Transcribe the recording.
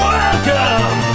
Welcome